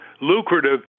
lucrative